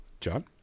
John